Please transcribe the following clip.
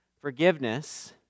forgiveness